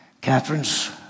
Catherine's